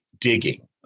digging